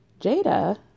Jada